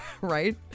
right